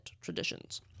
traditions